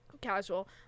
Casual